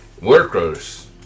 workers